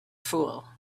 fool